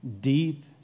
deep